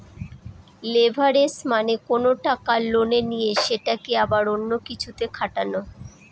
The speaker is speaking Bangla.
লেভারেজ মানে কোনো টাকা লোনে নিয়ে সেটাকে আবার অন্য কিছুতে খাটানো